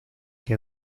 que